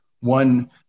one